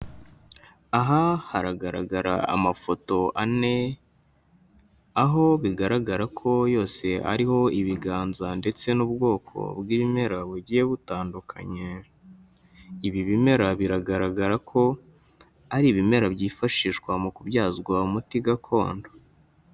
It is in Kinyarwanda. Aha haragaragara amafoto ane, aho bigaragara ko yose ariho ibiganza ndetse n'ubwoko bw'ibimera bugiye butandukanye, ibi bimera biragaragara ko ari ibimera byifashishwa mu kubyazwa umuti gakondo.